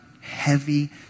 heavy